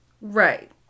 right